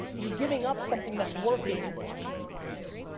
you're giving up something that's working yes.